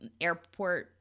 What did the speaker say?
airport